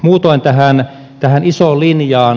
muutoin tähän isoon linjaan